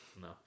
No